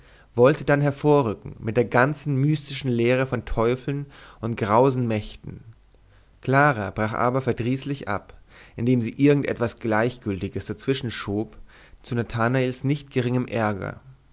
wollte dann hervorrücken mit der ganzen mystischen lehre von teufeln und grausen mächten clara brach aber verdrüßlich ab indem sie irgend etwas gleichgültiges dazwischen schob zu nathanaels nicht geringem ärger